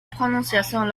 prononciation